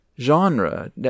genre